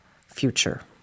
future